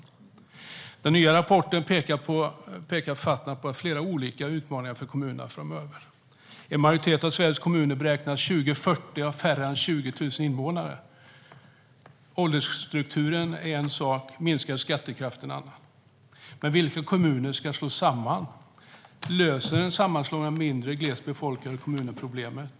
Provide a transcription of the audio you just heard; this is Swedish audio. I den nya rapporten pekar författarna på flera olika utmaningar för kommunerna framöver. En majoritet av Sveriges kommuner beräknas år 2040 ha färre än 20 000 invånare. Åldersstrukturen är en sak, minskad skattekraft en annan. Men vilka kommuner ska slås samman? Löser en sammanslagning av mindre glest befolkade kommuner problemet?